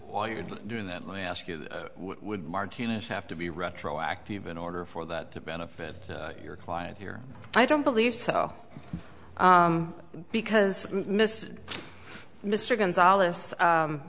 while you're doing that let me ask you would martinez have to be retroactive in order for that to benefit your client here i don't believe so because